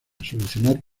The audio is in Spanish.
solucionar